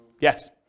Yes